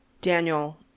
Daniel